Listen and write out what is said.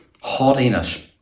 haughtiness